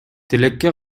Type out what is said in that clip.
тилекке